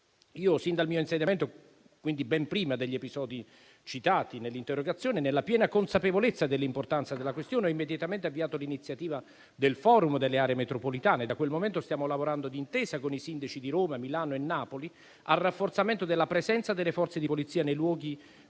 Sin dal mio insediamento, quindi ben prima degli episodi citati nell'interrogazione, nella piena consapevolezza dell'importanza della questione, ho immediatamente avviato l'iniziativa del *forum* delle aree metropolitane. Da quel momento stiamo lavorando d'intesa con i sindaci di Roma, Milano e Napoli al rafforzamento della presenza delle forze di polizia nei luoghi